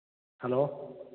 hello